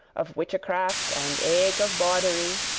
of witchecraft, and eke of bawdery,